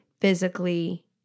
physically